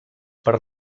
per